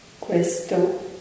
Questo